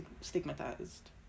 stigmatized